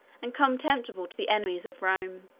and contemptible to the enemies of rome.